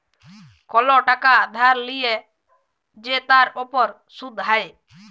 call টাকা ধার লিয়ে যে তার উপর শুধ হ্যয়